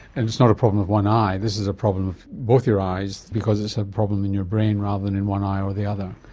and it's not a problem of one eye, this is a problem of both your eyes because it's a problem in your brain rather than in one eye or the other.